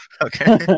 Okay